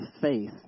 faith